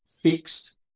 fixed